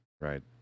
right